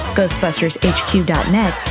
GhostbustersHQ.net